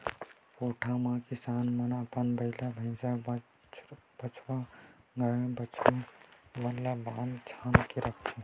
कोठा म किसान मन अपन बइला, भइसा, बछवा, गाय, बछरू मन ल बांध छांद के रखथे